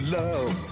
love